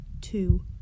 two